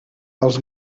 els